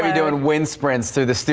and doing wind sprints through the